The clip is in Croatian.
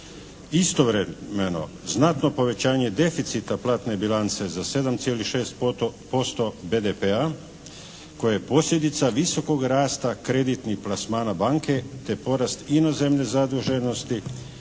Istovremeno znatno povećanje deficita platne bilance za 7,6% BDP-a koje je posljedica visokog rasta kreditnih plasmana banke te porast inozemne zaduženosti